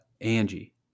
angie